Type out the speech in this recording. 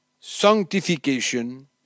sanctification